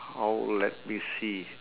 how old let me see